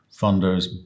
funders